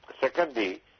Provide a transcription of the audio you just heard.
Secondly